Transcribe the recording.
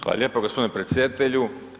Hvala lijepo gospodine predsjedatelju.